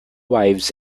wives